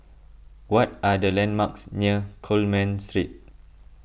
what are the landmarks near Coleman Street